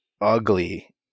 ugly